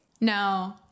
No